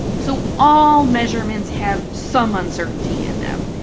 so all measurements have some uncertainty in them,